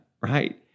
right